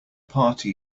party